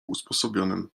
usposobionym